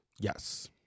Yes